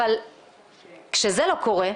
אבל כשזה לא קורה,